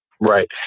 Right